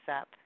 up